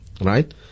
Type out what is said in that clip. Right